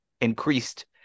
increased